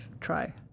try